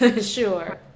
Sure